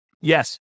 Yes